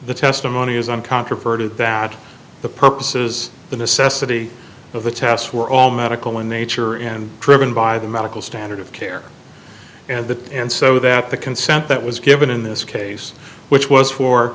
the testimony is uncontroverted that the purposes of the necessity of the tests were all medical in nature and driven by the medical standard of care and that and so that the consent that was given in this case which was for